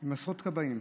עם עשרות כבאים,